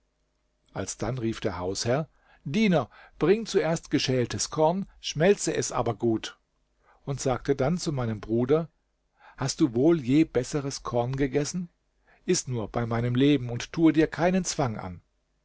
alsdann rief der hausherr diener bring zuerst geschältes korn schmälze er aber gut und sagte dann zu meinem bruder hast du wohl je besseres korn gegessen iß nur bei meinem leben und tue dir keinen zwang an